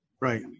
Right